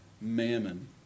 mammon